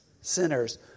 sinners